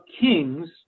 kings